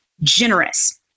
generous